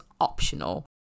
optional